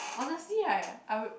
honestly I I would